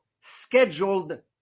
scheduled